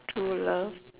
true love